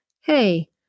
Hey